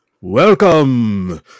Welcome